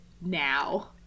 now